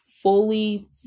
Fully